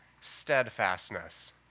steadfastness